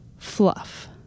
Fluff